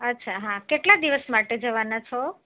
અચ્છા હા કેટલા દિવસ માટે જવાના છો